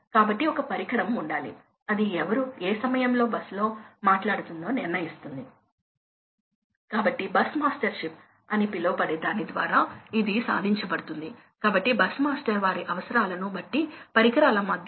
కాబట్టి ఇది ఎనర్జీ యొక్క సారాంశం కాబట్టి ఇది energy saving variable speed drive ఎలా ఉంటుందో చూపిస్తుంది